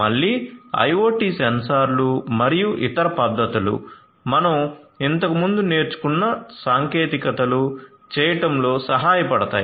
మళ్ళీ IoT సెన్సార్లు మరియు ఇతర పద్ధతులు మనం ఇంతకుముందు నేర్చుకున్న సాంకేతికతలు చేయడంలో సహాయపడతాయి